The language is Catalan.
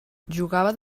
jugava